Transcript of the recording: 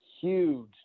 huge